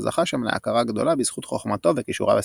וזכה שם להכרה גדולה בזכות חוכמתו וכישוריו הספרותיים.